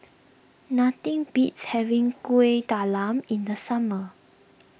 nothing beats having Kuih Talam in the summer